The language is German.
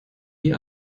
die